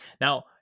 Now